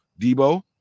Debo